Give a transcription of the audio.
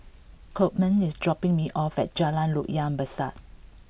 Coleman is dropping me off at Jalan Loyang Besar